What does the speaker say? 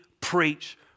preach